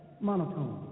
monotone